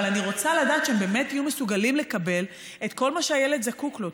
אבל אני רוצה לדעת שהם באמת יהיו מסוגלים לקבל את כל מה שהילד זקוק לו.